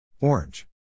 Orange